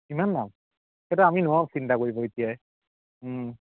কিমান দাম সেইটো আমি নোৱাৰোঁ চিন্তা কৰিব এতিয়াই